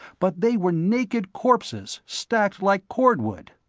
but they were naked corpses stacked like cordwood.